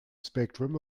spectrum